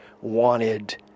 wanted